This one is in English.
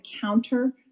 counter